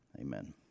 Amen